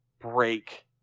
break